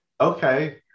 Okay